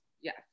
Yes